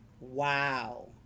Wow